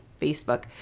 Facebook